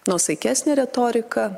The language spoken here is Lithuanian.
nuosaikesnė retorika